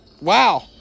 Wow